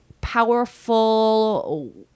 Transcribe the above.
powerful